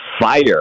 fire